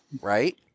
Right